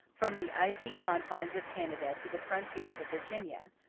from the icy confines of canada to the frontiers of virginia,